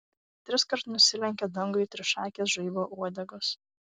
triskart nusilenkė dangui trišakės žaibo uodegos